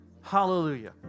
Hallelujah